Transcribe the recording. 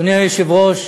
אדוני היושב-ראש,